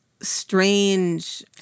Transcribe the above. strange